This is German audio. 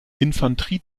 infanterie